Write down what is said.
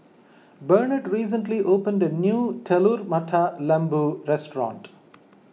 Bernard recently opened a new Telur Mata Lembu restaurant